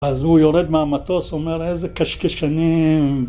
אז הוא יורד מהמטוס, אומר "איזה קשקשנים".